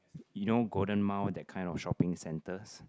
you know Golden-Mile that kind of shopping centres